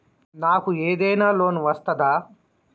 నాకు ఏదైనా లోన్ వస్తదా?